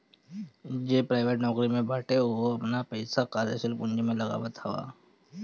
जे प्राइवेट नोकरी में बाटे उहो आपन पईसा कार्यशील पूंजी में लगावत हअ